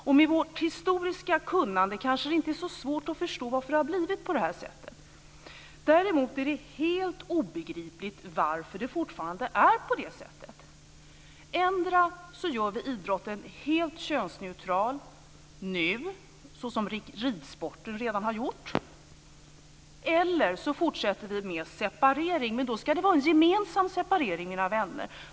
Med vårt historiska kunnande kanske det inte är så svårt att förstå att det har blivit på det här sättet. Däremot är det helt obegripligt varför det fortfarande är så. Endera gör vi nu idrotten helt könsneutral, som ridsporten redan har gjort, eller så fortsätter vi med att separering. Men då ska det vara en gemensam separering, mina vänner!